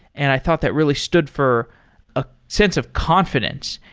and i thought that really stood for a sense of confidence,